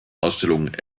ausstellung